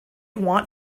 want